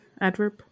adverb